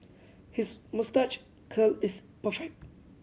his moustache curl is perfect